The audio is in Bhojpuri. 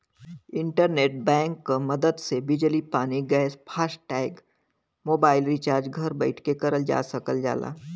इंटरनेट बैंक क मदद से बिजली पानी गैस फास्टैग मोबाइल रिचार्ज घर बैठे करल जा सकल जाला